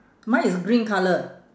mine is green colour